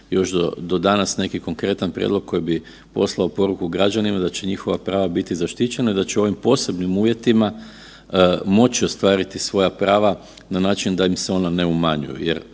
još do danas neki konkretan prijedlog koji bi poslao poruku građanima da će njihova prava biti zaštićena i da će oni u posebnim uvjetima moći ostvariti svoja prava na način da im se ona ne umanje.